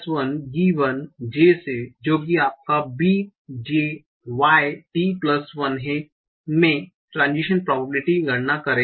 j से जो कि आपका b j y t 1 है में ट्रांजीशन प्रोबेबिलिटी की गणना करेगा